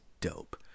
dope